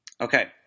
Okay